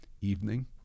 evening